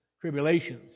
tribulations